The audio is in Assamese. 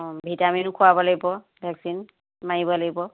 অঁ ভিটামিনও খোৱাব লাগিব ভেকচিন মাৰিব লাগিব